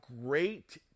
great